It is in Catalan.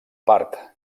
part